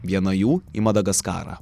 viena jų į madagaskarą